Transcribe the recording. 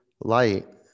light